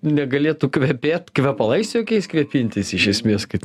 negalėtų kvepėt kvepalais jokiais kvėpintis iš esmės kad